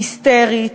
היסטרית,